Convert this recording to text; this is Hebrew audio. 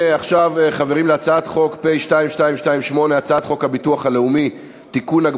אני קובע כי הצעת חוק הביטוח הלאומי (תיקון,